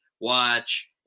watch